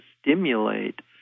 stimulate